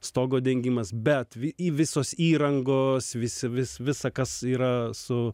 stogo dengimas bet į visos įrangos visi vis visa kas yra su